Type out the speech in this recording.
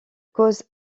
cause